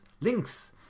links